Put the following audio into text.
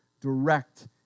direct